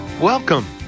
Welcome